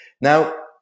Now